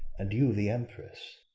and you the empress!